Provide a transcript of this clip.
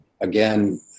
again